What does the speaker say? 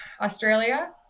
Australia